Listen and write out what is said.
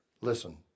Listen